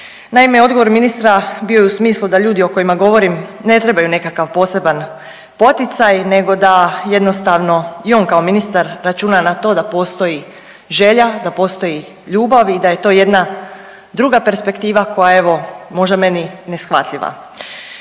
Naime, odgovor ministra bio je u smislu da ljudi o kojima govorim ne trebaju nekakav poseban poticaj nego da jednostavno i on kao ministar računa na to da postoji želja, da postoji ljubav i da je to jedna druga perspektiva koja evo možda meni neshvatljiva.